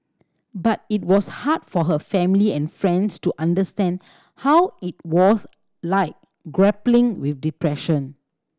but it was hard for her family and friends to understand how it was like grappling with depression